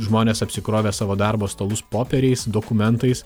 žmonės apsikrovę savo darbo stalus popieriais dokumentais